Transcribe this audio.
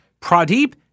Pradeep